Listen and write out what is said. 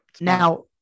Now